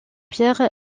pierre